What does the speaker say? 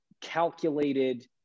calculated